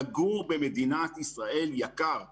לגור במדינת ישראל יקר מאוד.